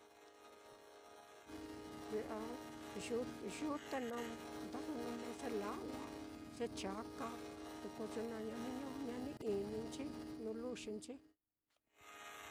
Kui'a yu-yute naá nda jononó ye la'wa, ye chaka, te ko ye naá ña ni ña ni ininchi nuu luxinchi.